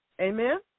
Amen